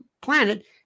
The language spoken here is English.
planet